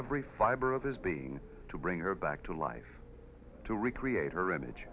every fiber of his being to bring her back to life to recreate her image